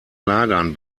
lagern